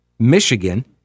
Michigan